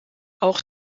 auch